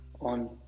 on